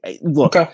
look